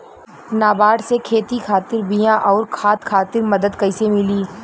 नाबार्ड से खेती खातिर बीया आउर खाद खातिर मदद कइसे मिली?